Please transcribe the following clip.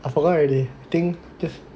I forgot already I think if